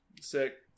sick